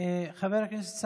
חבר הכנסת.